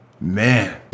Man